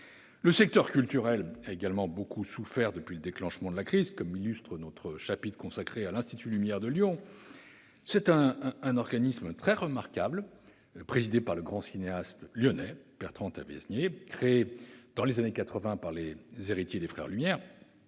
Le secteur culturel a également beaucoup souffert depuis le déclenchement de la crise, comme l'illustre notre chapitre consacré à l'institut Lumière de Lyon. Ce remarquable organisme, présidé par le grand cinéaste lyonnais Bertrand Tavernier et créé dans les années 1980 par les héritiers des frères Lumière,